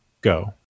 go